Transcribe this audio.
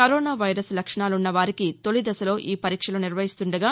corona virus లక్షణాలుస్నవారికి తొలిదశలో ఈపరీక్షలు నిర్వహిస్తుండగా